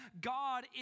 God